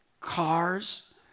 cars